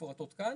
שמפורטות כאן.